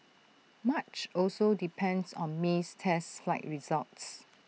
much also depends on May's test flight results